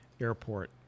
Airport